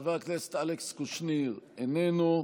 חבר הכנסת אלכס קושניר, איננו.